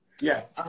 Yes